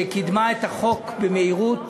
שקידמה את החוק במהירות